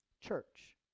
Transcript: church